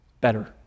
better